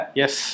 yes